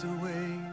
away